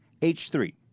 h3